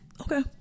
Okay